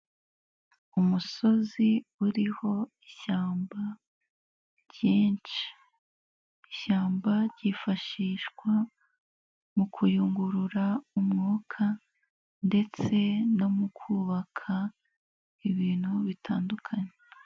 Umusozi uriho ishyamba ryinshi, ishyamba ryifashishwa mu kuyungurura umwuka ndetse no mu kubaka ibintu bitandukanye.